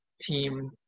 team